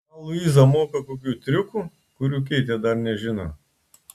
gal luiza moka kokių triukų kurių keitė dar nežino